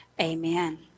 Amen